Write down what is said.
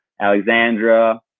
Alexandra